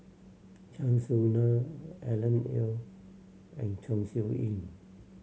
Chan Soh Na Alan Oei and Chong Siew Ying